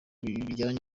bijyanye